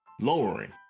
lowering